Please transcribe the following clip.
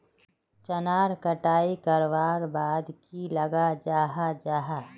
चनार कटाई करवार बाद की लगा जाहा जाहा?